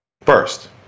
First